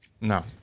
No